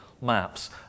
Maps